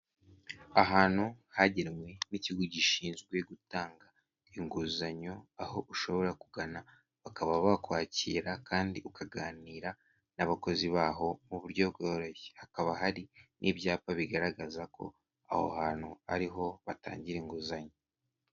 Ahantu hagenwe n'ikigo gishinzwe gutanga inguzanyo aho ushobora kugana bakaba bakwakira kandi ukaganira n'abakozi baho mu buryo bworoshye. Hakaba hari n'ibyapa bigaragaza ko aho hantu ariho batangira inguzanyo.